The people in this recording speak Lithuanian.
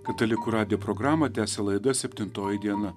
katalikų radijo programą tęsia laida septintoji diena